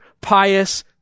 pious